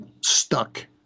stuck